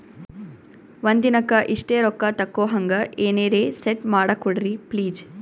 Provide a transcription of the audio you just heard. ಒಂದಿನಕ್ಕ ಇಷ್ಟೇ ರೊಕ್ಕ ತಕ್ಕೊಹಂಗ ಎನೆರೆ ಸೆಟ್ ಮಾಡಕೋಡ್ರಿ ಪ್ಲೀಜ್?